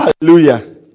Hallelujah